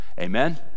Amen